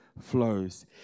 flows